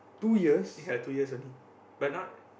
ya two years only but now